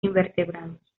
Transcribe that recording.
invertebrados